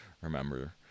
remember